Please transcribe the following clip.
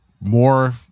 more